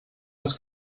els